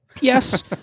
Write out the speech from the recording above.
Yes